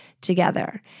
together